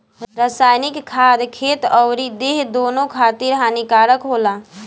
रासायनिक खाद खेत अउरी देह दूनो खातिर हानिकारक होला